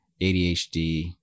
adhd